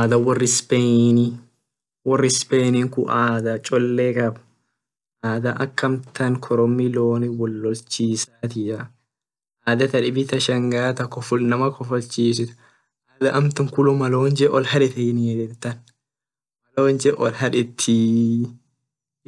Adha wor spain wor spain adha chole kab adha ak amatn koromi loni wol lol chisatia adha ta dibi ta shangaa ta kofol inama kofolchisit adh amtan kullo malonje ol hadeten